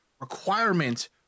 requirement